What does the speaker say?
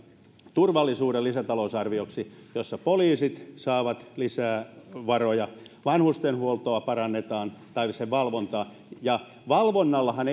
turvallisuuden lisätalousarvioksi jossa poliisit saavat lisää varoja vanhustenhuoltoa parannetaan sen valvontaa ja valvonnallahan